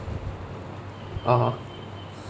(uh huh)